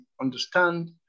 understand